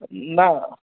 ನಾ